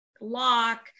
lock